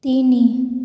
ତିନି